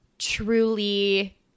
truly